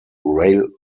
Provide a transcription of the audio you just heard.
rail